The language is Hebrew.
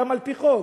גם על-פי חוק,